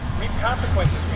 consequences